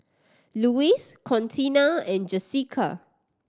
Lois Contina and Jesica